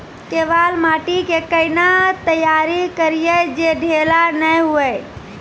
केवाल माटी के कैना तैयारी करिए जे ढेला नैय हुए?